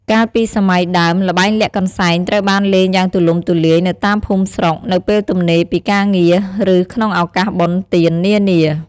កាលពីសម័យដើម ល្បែងលាក់កន្សែងត្រូវបានលេងយ៉ាងទូលំទូលាយនៅតាមភូមិស្រុក នៅពេលទំនេរពីការងារ ឬក្នុងឱកាសបុណ្យទាននានា។